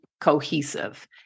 cohesive